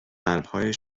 قلبهای